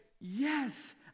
yes